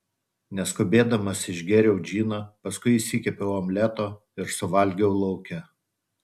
neskubėdamas išgėriau džiną paskui išsikepiau omleto ir suvalgiau lauke